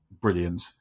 brilliant